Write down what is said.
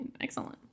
excellent